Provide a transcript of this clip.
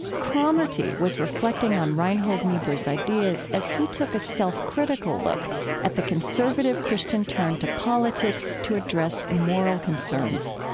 cromartie was reflecting on reinhold niebuhr's ideas as he took a self-critical look at the conservative christian turn to politics to address moral concerns